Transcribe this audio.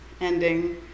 ending